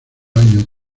año